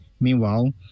Meanwhile